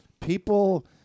people